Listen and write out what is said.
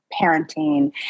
parenting